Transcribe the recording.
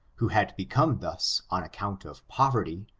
who had become thus on account of poverty,